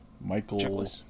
Michael